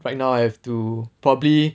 right now I have to probably